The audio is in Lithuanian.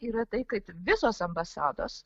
yra tai kad visos ambasados